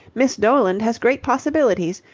miss doland has great possibilities.